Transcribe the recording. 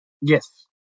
Yes